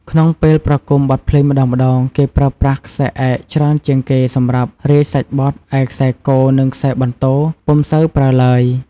ក្នុងពេលប្រគំបទភ្លេងម្ដងៗ គេប្រើប្រាស់ខ្សែឯកច្រើនជាងគេសម្រាប់រាយសាច់បទ ឯខ្សែគ និងខ្សែបន្ទរពុំសូវប្រើឡើយ។